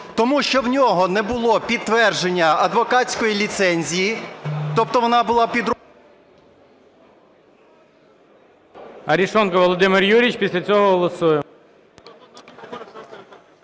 Тому що в нього не було підтвердження адвокатської ліцензії, тобто вона була…